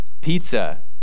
pizza